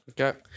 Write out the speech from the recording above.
Okay